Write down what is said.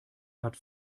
hat